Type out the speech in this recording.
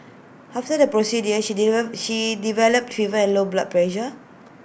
after the procedure she develop she developed fever and low blood pressure